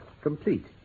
Complete